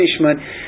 punishment